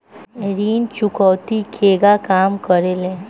ऋण चुकौती केगा काम करेले?